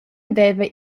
haveva